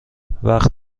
وقت